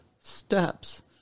steps